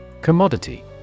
Commodity